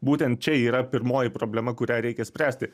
būtent čia yra pirmoji problema kurią reikia spręsti